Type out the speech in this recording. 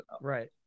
right